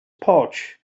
pouch